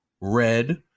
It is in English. Red